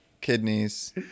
kidneys